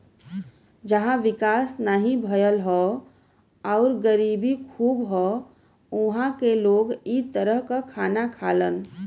जहां विकास नाहीं भयल हौ आउर गरीबी खूब हौ उहां क लोग इ तरह क खाना खालन